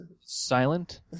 Silent